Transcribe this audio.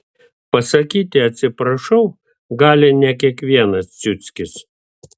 pasakyti atsiprašau gali ne kiekvienas ciuckis